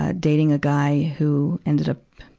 ah dating a guy who ended up,